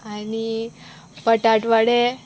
आनी बटाटवाडे